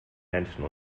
menschen